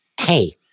Hey